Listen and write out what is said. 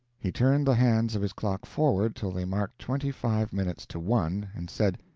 he turned the hands of his clock forward till they marked twenty-five minutes to one, and said,